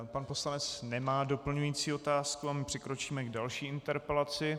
Pan poslanec nemá doplňující otázku a my přikročíme k další interpelaci.